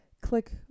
click